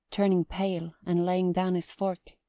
turning pale and laying down his fork,